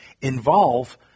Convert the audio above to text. involve